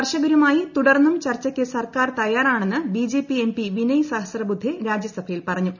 കർഷകരുമായി തുടർന്നും ചർച്ചക്ക് സർക്കാർ തയാറാണെന്നു ബിജെപി എംപി വിനയ് സഹ്രസ്രബുദ്ധേ രാജ്യസഭയിൽ പറഞ്ഞു